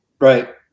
Right